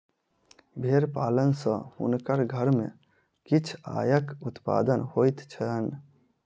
भेड़ पालन सॅ हुनकर घर में किछ आयक उत्पादन होइत छैन